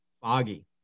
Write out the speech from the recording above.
Foggy